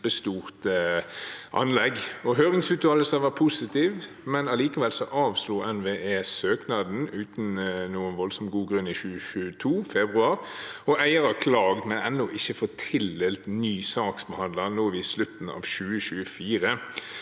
Høringsuttalelsen var positiv, men allikevel avslo NVE søknaden uten noen voldsomt god grunn i februar 2022. Eierne har klaget, men ennå ikke fått tildelt ny saksbehandler, og nå er vi i slutten av 2024.